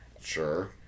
sure